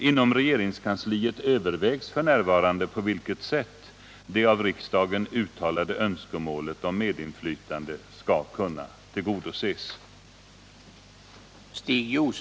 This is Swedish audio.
Inom regeringskansliet övervägs f. n. på vilket sätt det av riksdagen uttalade önskemålet om medinflytande skall kunna tillgodoses.